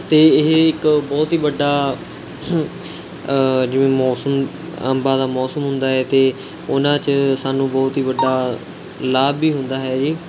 ਅਤੇ ਇਹ ਇੱਕ ਬਹੁਤ ਹੀ ਵੱਡਾ ਜਿਵੇਂ ਮੌਸਮ ਅੰਬਾਂ ਦਾ ਮੌਸਮ ਹੁੰਦਾ ਹੈ ਅਤੇ ਉਹਨਾਂ 'ਚ ਸਾਨੂੰ ਬਹੁਤ ਹੀ ਵੱਡਾ ਲਾਭ ਵੀ ਹੁੰਦਾ ਹੈ ਜੀ